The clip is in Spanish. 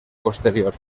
posterior